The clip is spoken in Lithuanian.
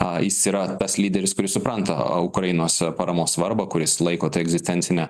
a jis yra tas lyderis kuris supranta ukrainos paramos svarbą kuris laiko tai egzistencine